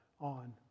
on